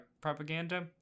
propaganda